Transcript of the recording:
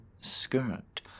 skirt